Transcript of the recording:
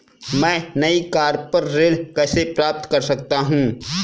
मैं नई कार पर ऋण कैसे प्राप्त कर सकता हूँ?